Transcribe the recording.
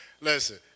listen